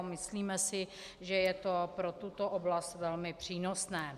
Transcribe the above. Myslíme si, že je to pro tuto oblast velmi přínosné.